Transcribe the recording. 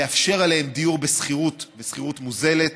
לאפשר בהם דיור בשכירות מוזלת